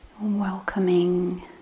welcoming